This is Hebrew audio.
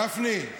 גפני.